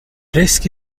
risky